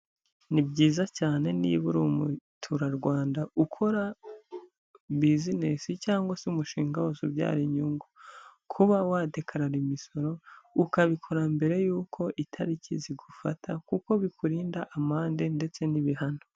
Ni byiza cyane niba uri umuturarwanda ukora bizinesi cyangwa se umushinga wose ubyara inyungu, kuba wadekarara imisoro, ukabikora mbere y'uko itariki zigufata kuko bikurinda amande ndetse n'ibihano.